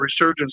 resurgence